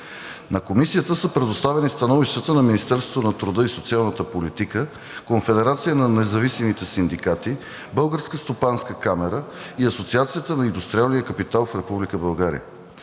На Комисията са предоставени становищата на Министерство на труда и социалната политика, Конфедерацията на независимите синдикати, Българската стопанска камара и Асоциацията за индустриалния капитал в